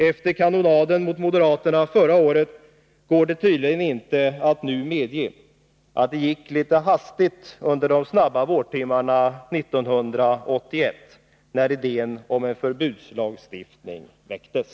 Efter kanonaden mot moderaterna förra året går det tydligen inte att nu medge att det gick litet hastigt under de korta vårtimmarna 1981, när idén om en förbudslagstiftning väcktes.